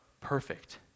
perfect